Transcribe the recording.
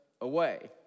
away